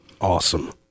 Awesome